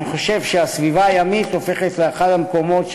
אני חושב שהסביבה הימית הופכת לאחד המקומות,